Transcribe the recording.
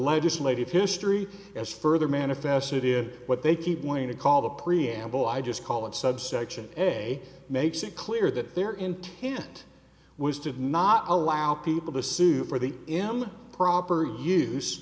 legislative history as further manifested in what they keep wanting to call the preamble i just call it subsection a makes it clear that their intent was did not allow people to sue for the m proper use